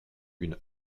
une